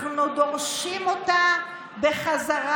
אנחנו דורשים אותה בחזרה.